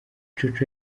jojo